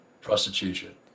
prostitution